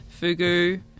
Fugu